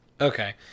okay